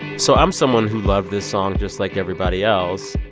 so i'm someone who loved this song just like everybody else.